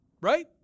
right